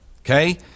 Okay